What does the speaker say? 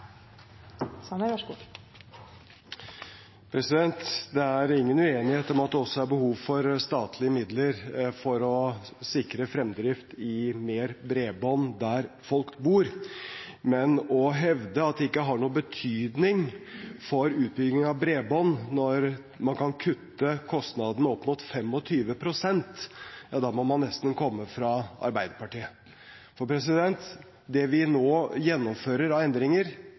behov for statlige midler for å sikre fremdrift i mer bredbånd der folk bor. Men å hevde at det ikke har noen betydning for utbygging av bredbånd når man kan kutte kostnadene opp mot 25 pst., da må man nesten komme fra Arbeiderpartiet. For det vi nå gjennomfører av endringer,